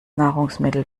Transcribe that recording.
nahrungsmittel